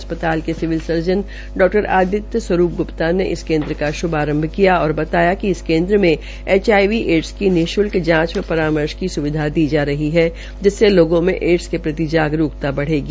अस्पताल के civil surgeon डा अदित्य स्वरूप ग्प्ता ने इस केन्द्र का श्भारंभ किया और बताया कि इस केन्द्र में एचआईवी एडस की निश्ल्क जांच व परामर्श की स्विधा दी जा रही है जिससे लोगों मे एडस के प्रति जागरूकता भी बढ़ेगी